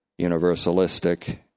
universalistic